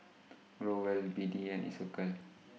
Growell B D and Isocal